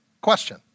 question